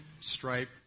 stripe